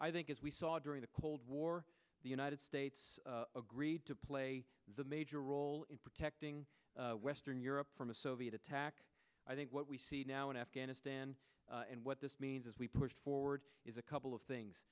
i think as we saw during the cold war the united states agreed to play the major role in protecting western europe from a soviet attack i think what we see now in afghanistan and what this means as we push forward is a couple of things